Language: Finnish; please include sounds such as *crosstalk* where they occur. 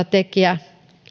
*unintelligible* tekijä